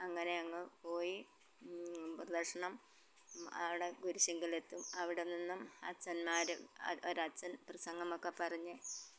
അങ്ങനെ അങ്ങ് പോയി പ്രദക്ഷിണം അവിടെ കുരിശിങ്കലെത്തും അവിടെ നിന്നും അച്ഛൻമ്മാർ ഒരച്ഛൻ പ്രസംഗമൊക്കെ പറഞ്ഞ്